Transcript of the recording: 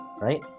right